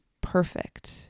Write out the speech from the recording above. perfect